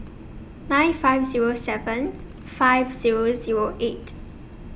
nine five Zero seven five Zero Zero eight